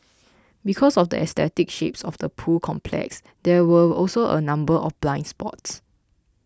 because of the aesthetic shapes of the pool complex there were also a number of blind spots